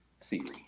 theory